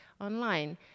online